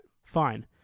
Fine